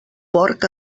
porc